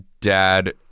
dad